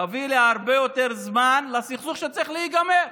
תביא להרבה יותר זמן לסכסוך שצריך להיגמר.